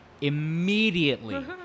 immediately